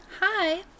Hi